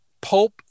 Pope